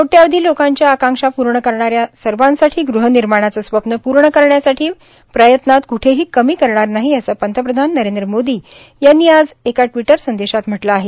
कोट्यावधी लोकांच्या आकांक्षा पूर्ण करणाऱ्या सर्वांसाठी गृहनिर्माणाचं स्वप्न पूर्ण करण्यासाठी प्रयत्नात कुठेही कमी करणार नाही असं पंतप्रधान नरेंद्र मोदी यांनी आज एका ट्वीटर संदेशात म्हटलं आहे